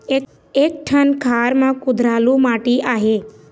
एक ठन खार म कुधरालू माटी आहे?